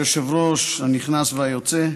אדוני היושב-ראש הנכנס והיוצא,